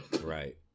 Right